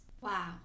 Wow